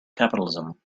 capitalism